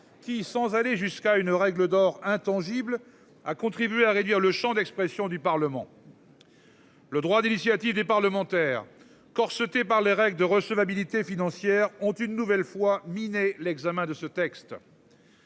qui, sans aller jusqu'à une règle d'or intangible a contribué à réduire le Champ d'expression du Parlement.-- Le droit d'initiative des parlementaires corseté par les règles de recevabilité financière ont une nouvelle fois miné l'examen de ce texte.--